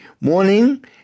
morning